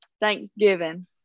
Thanksgiving